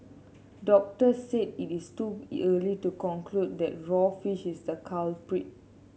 doctors said it is too early to conclude that raw fish is the culprit